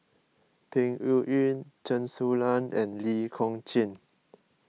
Peng Yuyun Chen Su Lan and Lee Kong Chian